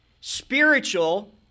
spiritual